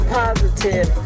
positive